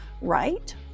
right